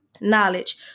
knowledge